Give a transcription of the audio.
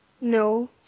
No